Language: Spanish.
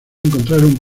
encontraron